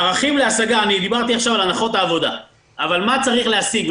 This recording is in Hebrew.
הערכים להשגה דיברתי עכשיו על הנחות העבודה אבל מה צריך להשיג?